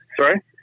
Sorry